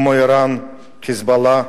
כמו אירן, "חיזבאללה",